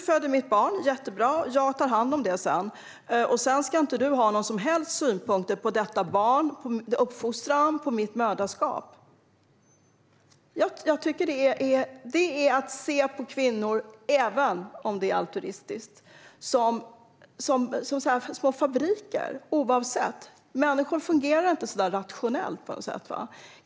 Jättebra! Jag tar hand om det. Men du får sedan inte ha några som helst synpunkter på barnet, hur det uppfostras eller på mitt moderskap. Även om det hela är altruistiskt ser man på kvinnor som vore de små fabriker, oavsett hur det ligger till. Människor fungerar inte så där rationellt.